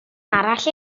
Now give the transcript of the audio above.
arall